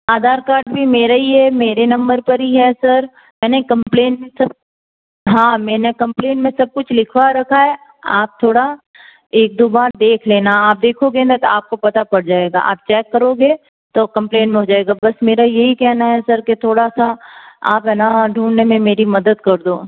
आधार card भी मेरे ही है मेरे नंबर पर ही है सर यानी कंप्लेन हाँ मैंने कंप्लेन में सब कुछ लिखवा रखा है आप थोड़ा एक दो बार देख लेना आप देखोगे ना तो आपको पता पड़ जाएगा आप चेक करोगे तो कंप्लेन हो जाएगा बस मेरा यही कहना है सर कि थोड़ा सा आप है ना ढूंढने में मेरी मदद कर दो